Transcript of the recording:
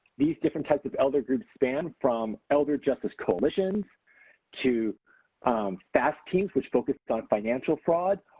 these different types of elder groups span from elder justice coalitions to fast teams, which focus on financial fraud,